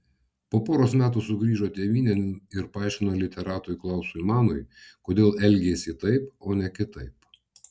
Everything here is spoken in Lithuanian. po poros metų sugrįžo tėvynėn ir paaiškino literatui klausui manui kodėl elgėsi taip o ne kitaip